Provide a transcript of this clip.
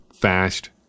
fast